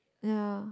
ya